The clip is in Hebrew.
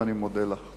אני מודה לך.